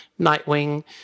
Nightwing